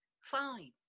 fine